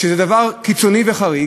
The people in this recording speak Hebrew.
זה דבר קיצוני וחריג,